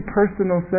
personal